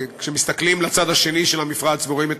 וכשמסתכלים לצד השני של המפרץ ורואים את